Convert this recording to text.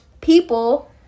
people